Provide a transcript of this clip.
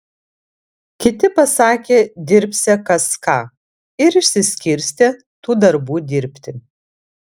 kiti pasakė dirbsią kas ką ir išsiskirstė tų darbų dirbti